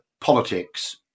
politics